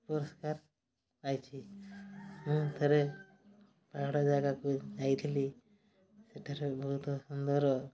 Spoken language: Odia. ପୁରସ୍କାର ପାଇଛି ମୁଁ ଥରେ ପାହାଡ଼ ଜାଗାକୁ ଯାଇଥିଲି ସେଠାରେ ବହୁତ ସୁନ୍ଦର